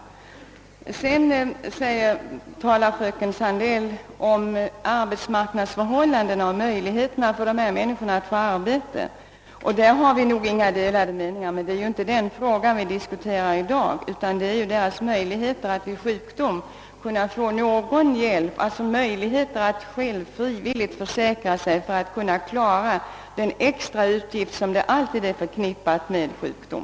Fröken Sandell talade också om arbetsmarknadsförhållandena och möjligheterna för dessa människor att få arbete. Våra åsikter därvidlag skiljer sig nog inte, men det är inte den frågan som diskuteras i dag, utan möjligheterna att frivilligt försäkra sig för att klara de extra utgifter som alltid är förknippade med sjukdom.